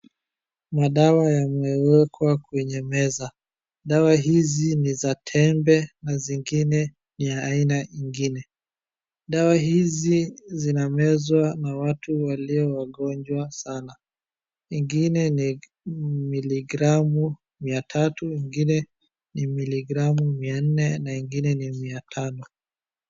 Madawa yamewekwa kwenye meza. Dawa hizi ni za tembe na zingine ni ya aina ingine. Dawaa hizi zimezwa na watu walio wagonjwa sana. Ingine ni miligramu mia tatu, ingine ni miligramu mia nne na ingine ni mia tano.